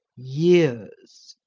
years.